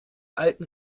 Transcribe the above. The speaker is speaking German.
alten